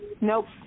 Nope